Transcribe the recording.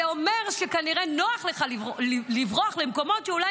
זה אומר שכנראה נוח לך לברוח למקומות שאולי